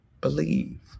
believe